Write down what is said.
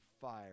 fire